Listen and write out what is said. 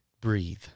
breathe